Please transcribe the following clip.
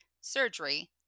surgery